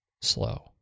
Slow